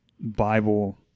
Bible